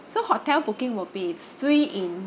so hotel booking will be three in